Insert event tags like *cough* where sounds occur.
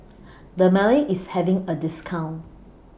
*noise* Dermale IS having A discount